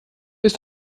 ist